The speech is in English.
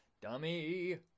Dummy